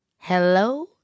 hello